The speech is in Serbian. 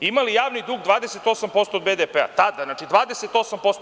imali javni dug 28% BDP tada, znači 28%